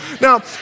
Now